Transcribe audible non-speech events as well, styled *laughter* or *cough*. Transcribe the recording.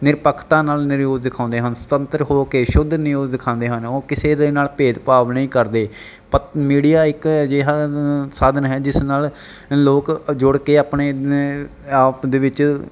ਨਿਰਪੱਖਤਾ ਨਾਲ ਨਿਊਜ਼ ਦਿਖਾਉਂਦੇ ਹਨ ਸੁਤੰਤਰ ਹੋ ਕੇ ਸ਼ੁੱਧ ਨਿਊਜ਼ ਦਿਖਾਉਂਦੇ ਹਨ ਉਹ ਕਿਸੇ ਦੇ ਨਾਲ ਭੇਦਭਾਵ ਨਹੀਂ ਕਰਦੇ ਪ ਮੀਡੀਆ ਇੱਕ ਅਜਿਹਾ *unintelligible* ਸਾਧਨ ਹੈ ਜਿਸ ਨਾਲ ਲੋਕ ਜੁੜ ਕੇ ਆਪਣੇ *unintelligible* ਆਪ ਦੇ ਵਿੱਚ